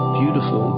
beautiful